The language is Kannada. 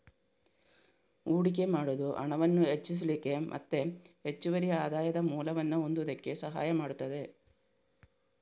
ಹೂಡಿಕೆ ಮಾಡುದು ಹಣವನ್ನ ಹೆಚ್ಚಿಸ್ಲಿಕ್ಕೆ ಮತ್ತೆ ಹೆಚ್ಚುವರಿ ಆದಾಯದ ಮೂಲವನ್ನ ಹೊಂದುದಕ್ಕೆ ಸಹಾಯ ಮಾಡ್ತದೆ